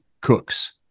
Cooks